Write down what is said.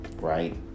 right